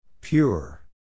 Pure